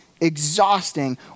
Exhausting